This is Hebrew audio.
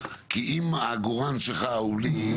כי אם העגורן שלך הוא בלי,